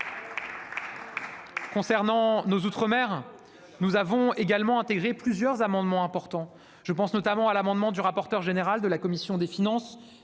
Sur nos outre-mer, nous avons également intégré plusieurs amendements importants. Je pense à l'amendement du rapporteur général de la commission des finances